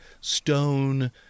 stone